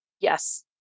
Yes